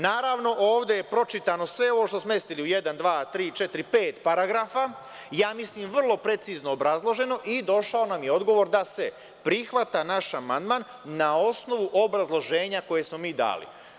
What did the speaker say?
Naravno, ovde je pročitano, sve ovo smo smestili u pet paragrafa, mislim vrlo precizno obrazloženo i došao nam je odgovor da se prihvata naš amandman na osnovu obrazloženja koje smo mi dali.